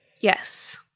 Yes